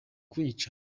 kunyica